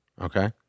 Okay